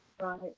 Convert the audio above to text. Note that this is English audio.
Right